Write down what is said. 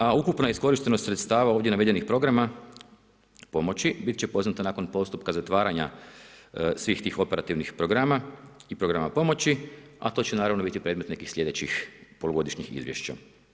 A ukupna iskorištenost sredstava ovdje navedenih programa pomoći bit će poznata nakon postupka zatvaranja svih tih operativnih programa i programa pomoći, a to će naravno biti predmet nekih sljedećih polugodišnjih izvješća.